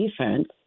defense